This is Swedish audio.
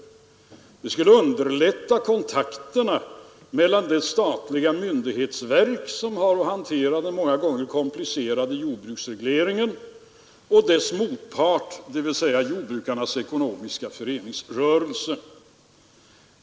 Det skulle underlätta kontakterna mellan det statliga ämbetsverk, som har att hantera den många gånger komplicerade jordbruksregleringen, och dess motpart, dvs. jordbrukarnas ekonomiska föreningsrörelse.